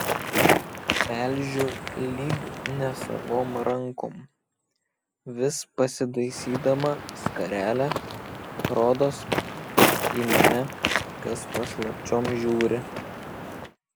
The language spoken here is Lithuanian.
melžiu lyg nesavom rankom vis pasitaisydama skarelę rodos kad į mane kas paslapčiom žiūri